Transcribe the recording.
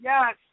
Yes